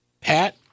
Pat